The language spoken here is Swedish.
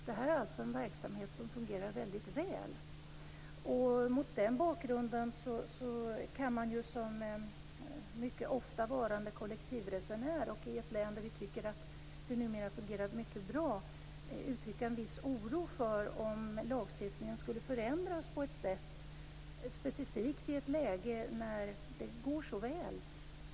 Det är alltså en verksamhet som fungerar väldigt väl. Mot den bakgrunden kan jag, som mycket flitig kollektivtrafikresenär i ett län där vi tycker att det numera fungerar mycket bra, uttrycka en viss oro för att lagstiftningen skulle ändras, specifikt i ett läge när det går så väl.